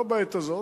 לא בעת הזאת,